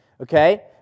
Okay